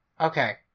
Okay